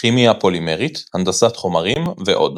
כימיה פולימרית, הנדסת חומרים ועוד.